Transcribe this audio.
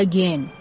Again